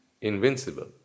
Invincible